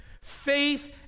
faith